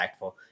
impactful